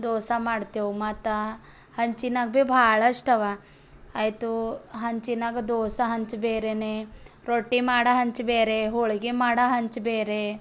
ದೋಸೆ ಮಾಡ್ತೀವಿ ಮತ್ತು ಹಂಚಿನಾಗ ಭೀ ಭಾಳಷ್ಟವಾ ಆಯಿತು ಹೆಂಚಿನಾಗ ದೋಸೆ ಹೆಂಚು ಬೇರೆನೇ ರೊಟ್ಟಿ ಮಾಡೋ ಹೆಂಚು ಬೇರೆ ಹೋಳಿಗೆ ಮಾಡೋ ಹೆಂಚು ಬೇರೆ